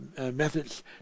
methods